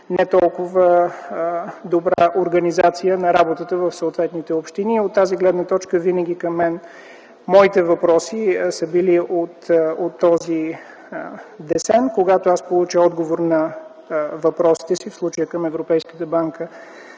не толкова добра организация на работата в съответните общини. От тази гледна точка въпросите към мен винаги са били от този десен. Когато получа отговор на въпросите си, в случая към Европейската банка